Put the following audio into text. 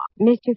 Mr